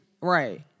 Right